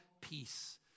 peace